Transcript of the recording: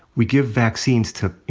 we give vaccines to, you